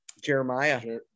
Jeremiah